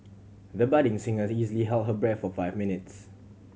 the budding singer has easily held her breath for five minutes